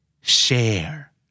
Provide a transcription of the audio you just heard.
Share